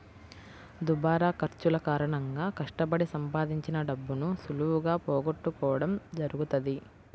దుబారా ఖర్చుల కారణంగా కష్టపడి సంపాదించిన డబ్బును సులువుగా పోగొట్టుకోడం జరుగుతది